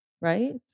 right